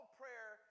prayer